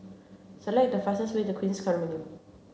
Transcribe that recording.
select the fastest way to Queens Condominium